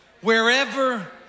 Wherever